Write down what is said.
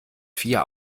vier